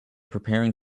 preparing